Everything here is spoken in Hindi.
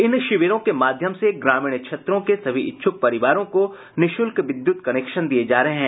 इन शिविरों के माध्यम से ग्रामीण क्षेत्रों के सभी इच्छुक परिवारों को निःशुल्क विद्युत कनेक्शन दिए जा रहे हैं